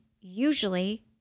usually